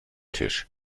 tisch